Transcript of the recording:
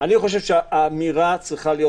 אני חושב שהאמירה צריכה להיות: